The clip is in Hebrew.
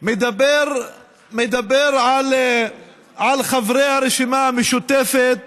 מדבר על חברי הרשימה המשותפת